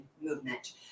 movement